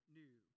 new